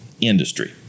industry